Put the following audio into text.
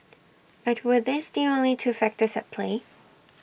but were these the only two factors at play